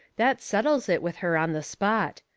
that settles it with her on the spot.